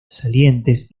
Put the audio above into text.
salientes